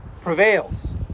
prevails